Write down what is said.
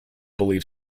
belief